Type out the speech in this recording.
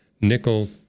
nickel